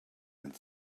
and